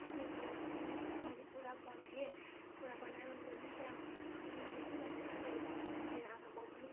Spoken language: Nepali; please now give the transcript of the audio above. निस्कनुको लागि मैले कुरा बनाएँ कुरा बनाएँ भन्दा पनि त्यहाँबाट निस्कन्छु भनेर चाहिँ मैले भनेकी मेरो आमा बाउ पनि